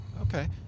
okay